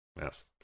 yes